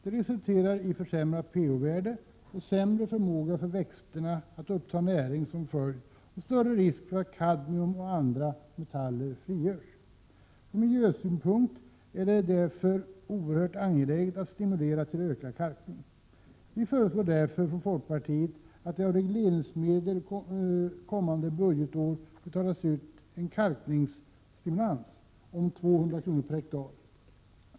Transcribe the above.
Det resulterar i försämrat pH-värde och sämre förmåga för växterna att uppta näring och större risk för att kadmium och andra metaller frigörs. Från miljösynpunkt är det därför oerhört angeläget att man stimulerar till ökad kalkning. Vi föreslår därför från folkpartiet att det av regleringsmedel kommande budgetår betalas ut en kalkningsstimulans om 200 kr. per hektar.